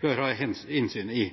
bør ha innsyn i.